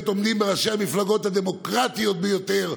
עומדים בראשות המפלגות הדמוקרטיות ביותר,